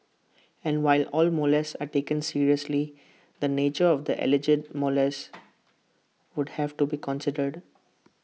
and while all molests are taken seriously the nature of the alleged molest would have to be considered